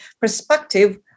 perspective